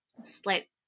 slight